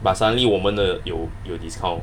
but suddenly 我们的有有 discount